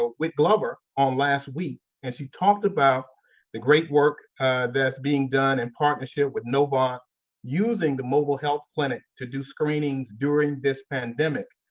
ah whitt-glover on last week and she talked about the great work that's being done in partnership with novant using the mobile health clinic to do screenings during this pandemic.